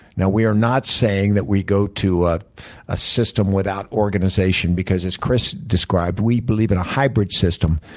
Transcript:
now, we are not saying that we go to a system without organization, because as chris described, we believe in a hybrid system.